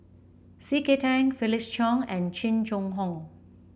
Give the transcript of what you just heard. C K Tang Felix Cheong and Jing Jun Hong